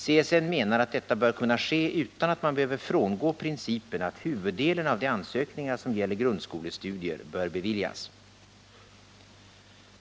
CSN menar att detta bör kunna ske utan att man behöver frångå principen att huvuddelen av de ansökningar som gäller grundskolestudier bör beviljas.